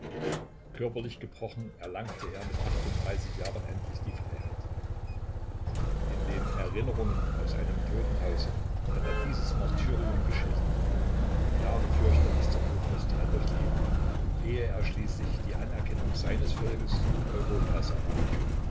körperlich gebrochen erlangte er mit acht jahren endlich die freiheit in den erinnerungen aus einem totenhause hat er dieses martyrium geschildert jahre fürchterlichster not mußte er durchleben ehe er schließlich die anerkennung seines volkes und europas errang